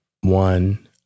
one